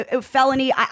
Felony